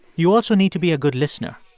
you also need to be a good listener.